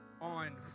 on